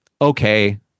okay